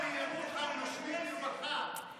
בדימונה וירוחם נושמים לרווחה.